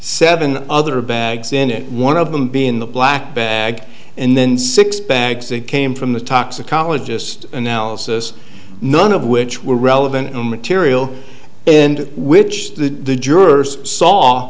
seven other bags in it one of them being the black bag and then six bags that came from the toxicologist analysis none of which were relevant material and which the jurors saw